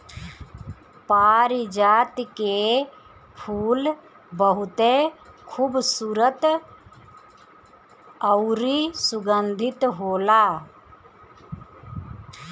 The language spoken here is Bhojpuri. पारिजात के फूल बहुते खुबसूरत अउरी सुगंधित होला